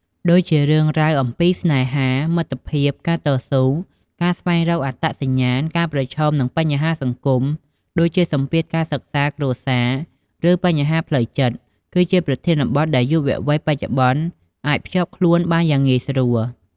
ដូចជា រឿងរ៉ាវអំពីស្នេហា មិត្តភាព ការតស៊ូ ការស្វែងរកអត្តសញ្ញាណ ការប្រឈមនឹងបញ្ហាសង្គម ដូចជាសម្ពាធការសិក្សា គ្រួសារ ឬបញ្ហាផ្លូវចិត្ត គឺជាប្រធានបទដែលយុវវ័យបច្ចុប្បន្នអាចភ្ជាប់ខ្លួនបានយ៉ាងងាយស្រួល។